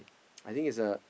I think it's a